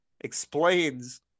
explains